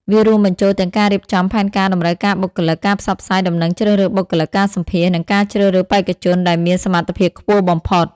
វារួមបញ្ចូលទាំងការរៀបចំផែនការតម្រូវការបុគ្គលិក ការផ្សព្វផ្សាយដំណឹងជ្រើសរើសបុគ្គលិក ការសម្ភាសន៍ និងការជ្រើសរើសបេក្ខជនដែលមានសមត្ថភាពខ្ពស់បំផុត។